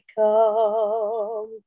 come